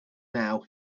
now